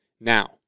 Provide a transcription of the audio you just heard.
Now